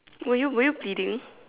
were you were you bleeding